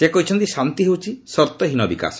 ସେ କହିଛନ୍ତି ଶାନ୍ତି ହେଉଛି ସର୍ଭହୀନ ବିକାଶ